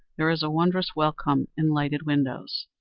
there is a wondrous welcome in lighted windows.